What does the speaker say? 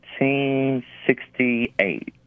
1968